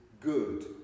good